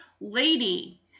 lady